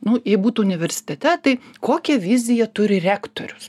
nu jei būtų universitete tai kokią viziją turi rektorius